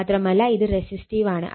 മാത്രമല്ല ഇത് റസിസ്റ്റീവ് ആണ്